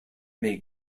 may